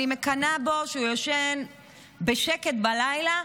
אני מקנאה בו שהוא ישן בשקט בלילה,